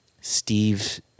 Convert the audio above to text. Steve